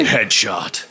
Headshot